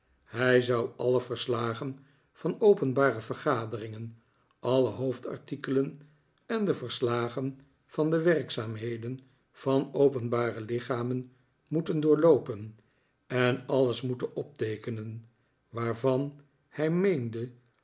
hij zou alle verslagen van openbare vergaderingen alle hoofdartikelen en de verslagen van de werkzaamheden van openbare lichamen moeten doorloopen en alles moeten opteekenen waarvan hij meende